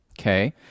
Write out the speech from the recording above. Okay